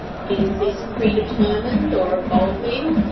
is this pre-determined or evolving?